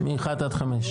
תקן אותי ----- מאחד עד חמש.